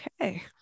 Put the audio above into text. Okay